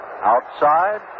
Outside